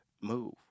move